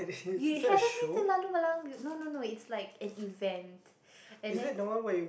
you haven't been to laloo-lalang no no no it's like an event and then